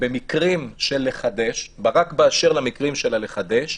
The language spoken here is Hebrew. במקרים של לחדש, רק באשר למקרים של ה"לחדש",